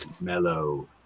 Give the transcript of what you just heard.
Mellow